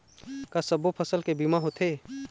का सब्बो फसल के बीमा होथे?